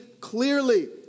clearly